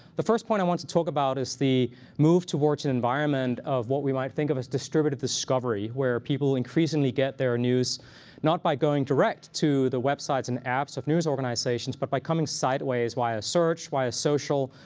the first point i want to talk about is the move towards an environment of what we might think of as distributed discovery, where people increasingly get their news not by going direct to the websites and apps of news organizations, but by coming sideways via search, via social,